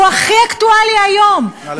הוא הכי אקטואלי היום, נא לסיים.